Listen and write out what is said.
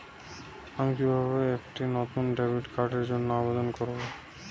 আমি কিভাবে একটি নতুন ডেবিট কার্ডের জন্য আবেদন করব?